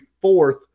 fourth